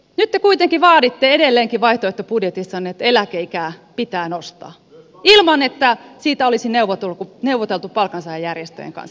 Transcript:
nyt te kuitenkin vaaditte edelleenkin vaihtoehtobudjetissanne että eläkeikää pitää nostaa ilman että siitä olisi neuvoteltu palkansaajajärjestöjen kanssa